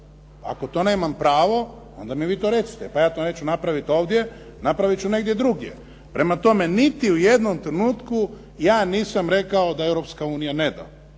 Ako to nemam pravo, onda mi vi to recite, pa ja to neću napraviti ovdje, napraviti ću negdje drugdje. Prema tome, niti u jednom trenutku ja nisam rekao da Europska unija ne da,